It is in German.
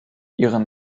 ihren